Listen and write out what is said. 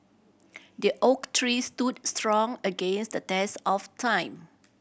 the oak tree stood strong against the test of time